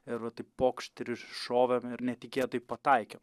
ir va taip pokšt ir iššovėm ir netikėtai pataikėm